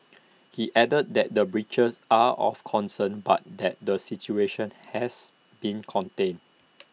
he added that the breaches are of concern but that the situation has been contained